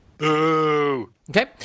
Okay